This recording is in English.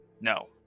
No